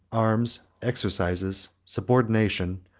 arms, exercises, subordination,